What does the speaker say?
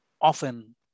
often